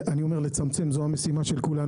אני אומר שלצמצם, זאת המשימה של כולנו.